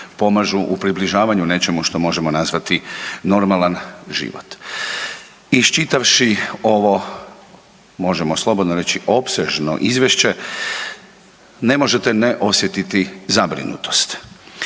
pomažu u približavanju nečemu što možemo nazvati normalan život. Iščitavši ovo možemo slobodno reći opsežno izvješće ne možete ne osjetiti zabrinutost.